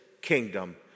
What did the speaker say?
kingdom